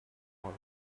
all